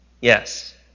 Yes